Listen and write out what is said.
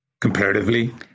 comparatively